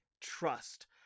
Trust